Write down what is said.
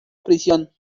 prisión